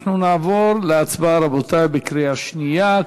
אנחנו נעבור להצבעה, רבותי, בקריאה שנייה.